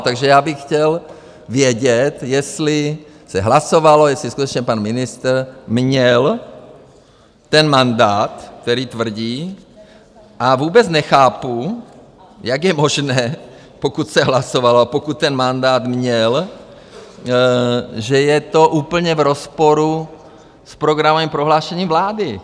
Takže já bych chtěl vědět, jestli se hlasovalo, jestli skutečně pan ministr měl ten mandát, který tvrdí, a vůbec nechápu, jak je možné, pokud se hlasovalo a pokud ten mandát měl, že je to úplně v rozporu s programovým prohlášením vlády.